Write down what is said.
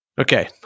Okay